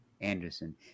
Anderson